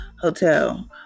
hotel